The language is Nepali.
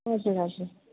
हजुर हजुर